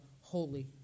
holy